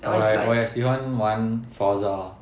like 我也喜欢玩 Forza